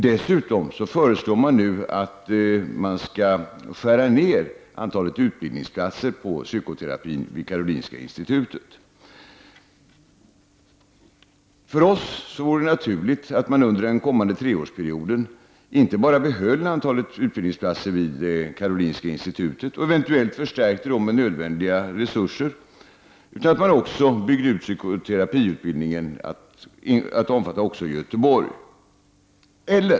Dessutom föreslår man nu att antalet utbildningsplatser vid Karolinska institutet skall skäras ned. För oss vore det naturligt att man under den kommande treårsperioden inte bara behöll antalet utbildningsplatser vid Karolinska institutet och eventuellt förstärkte med nödvändiga resurser utan att man också byggde ut psykoterapiutbildningen till att omfatta även Göteborg.